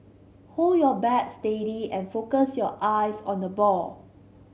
hold your bat steady and focus your eyes on the ball